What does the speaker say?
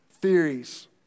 theories